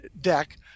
deck